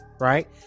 right